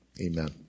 Amen